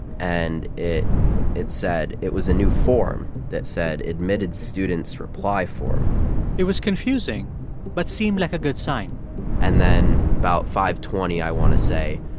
and it it said it was a new form that said admitted students reply form it was confusing but seemed like a good sign and then about five twenty, i want to say,